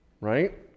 Right